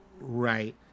right